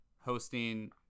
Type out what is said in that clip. hosting